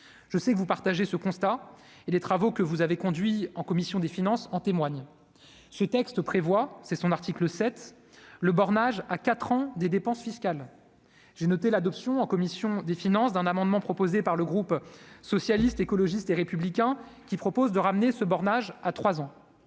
je sais que vous partagez ce constat et les travaux que vous avez conduit en commission des finances en témoigne ce texte prévoit, c'est son article 7 le bornage à 4 ans des dépenses fiscales, j'ai noté l'adoption en commission des finances d'un amendement proposé par le groupe socialiste, écologiste et républicain qui propose de ramener ce bornage à 3 ans,